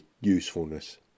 usefulness